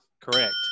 Correct